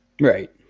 Right